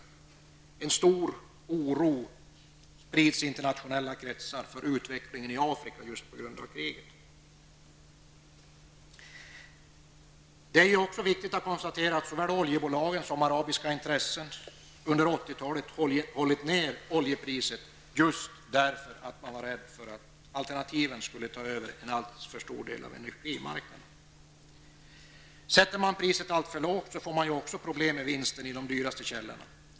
Som en följd av kriget sprids det just nu stor oro i internationella kretsar med tanke på utvecklingen i Afrika. Det är också viktigt att konstatera att såväl oljebolagen som arabiska intressen under 80-talet hållit nere oljepriset just på grund av rädsla att alternativen skulle ta över en alltför stor del av energimarknaden. Sänker man priset alltför mycket får man ju också problem med vinsten i de dyraste källorna.